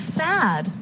sad